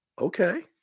Okay